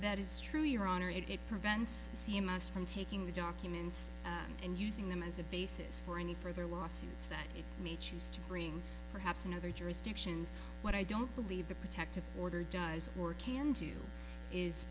that is true your honor it prevents c m s from taking the documents and using them as a basis for any further lawsuits that he may choose to bring perhaps in other jurisdictions but i don't believe the protective order does or can do is